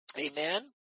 Amen